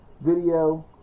video